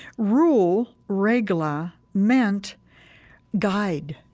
rule, regla, meant guide,